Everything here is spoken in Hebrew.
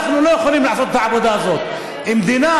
אנחנו לא יכולים לעשות את העבודה הזאת, כי מדינה